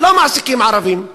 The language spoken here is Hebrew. לא מעסיקים ערבים.